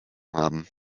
haben